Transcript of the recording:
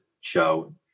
show